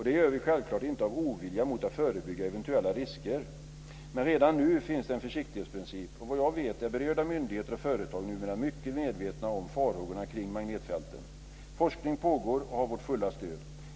Det gör vi självklart inte av ovilja mot att förebygga eventuella risker, men redan nu finns det en försiktighetsprincip, och såvitt jag vet är berörda myndigheter och företag numera mycket medvetna om farhågorna kring magnetfälten. Forskning pågår och har vårt fulla stöd.